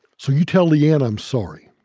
so you tell le-ann i'm sorry,